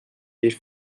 bir